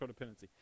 codependency